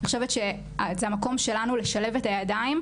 זה המקום שלנו לשלב ידיים,